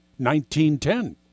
1910